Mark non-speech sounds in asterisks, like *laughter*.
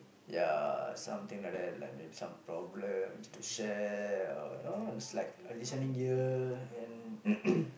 ya something like that like maybe some problems to share uh know it's like a listening ear and *noise*